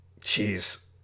Jeez